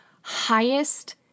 highest